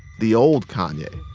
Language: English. the old kanye.